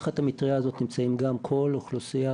תחת המטרייה הזאת נמצאים גם כל אוכלוסיית